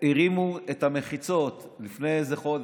הרימו את המחיצות לפני איזה חודש.